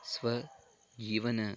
स्वजीवन